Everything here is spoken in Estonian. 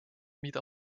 mida